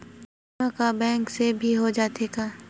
बीमा का बैंक से भी हो जाथे का?